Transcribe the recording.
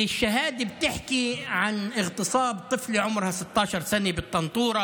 שהעדות שלהם מדברת על אונס של ילדה בת 16 בטנטורה